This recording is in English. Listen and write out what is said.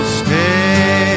stay